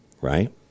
right